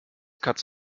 katz